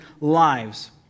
lives